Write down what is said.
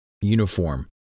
uniform